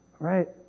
Right